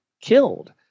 killed